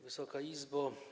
Wysoka Izbo!